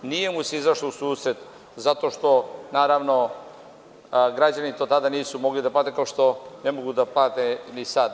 Nije mu se izašlo u susret zato što naravno građani to tada nisu mogli da plate, kao što ne mogu da plate ni sada.